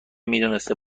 میدونسته